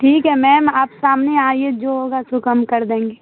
ٹھیک ہے میم آپ سامنے آئیے جو ہوگا سو کم کر دیں گے